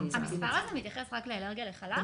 המספר הזה מתייחס רק לאלרגיה לחלב?